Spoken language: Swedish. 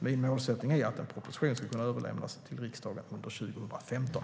Min målsättning är att en proposition ska kunna överlämnas till riksdagen under 2015.